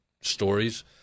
stories